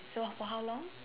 so for how long